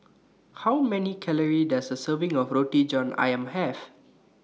How Many Calories Does A Serving of Roti John Ayam Have